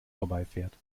vorbeifährt